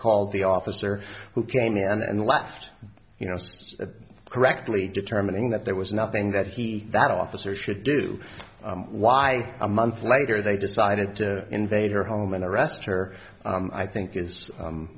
called the officer who came in and left you know that correctly determining that there was nothing that he that officer should do why a month later they decided to invade her home and arrest her i think